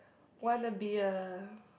wanna be a